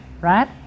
right